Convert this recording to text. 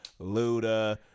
Luda